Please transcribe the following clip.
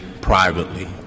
privately